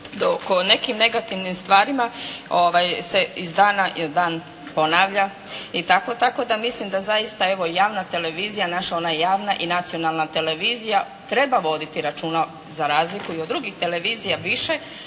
o nekim negativnim stvarima se iz dana u dan ponavlja i tako. Tako da mislim da zaista evo, i javna televizija, naša ona javna i nacionalna televizija treba voditi računa za razliku i od drugih televizija više,